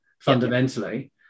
fundamentally